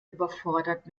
überfordert